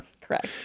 Correct